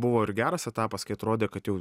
buvo ir geras etapas kai atrodė kad jau